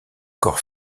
corps